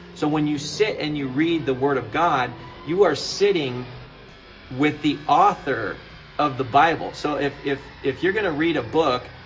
so when you sit and you read the word of god you are sitting with the author of the bible. so if if you're gonna read a book,